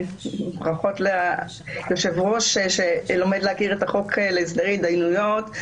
ברכות ליושב-ראש שלומד להכיר את החוק להסדרי התדיינויות,